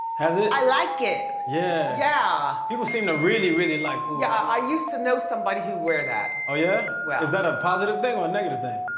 has it? i like it. yeah. yeah! people seem to really, really like yeah, i used to know somebody who'd wear that. oh, yeah? well is that a positive thing or a negative thing?